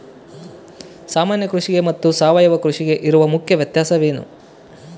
ಸಾಮಾನ್ಯ ಕೃಷಿಗೆ ಮತ್ತೆ ಸಾವಯವ ಕೃಷಿಗೆ ಇರುವ ಮುಖ್ಯ ವ್ಯತ್ಯಾಸ ಏನು?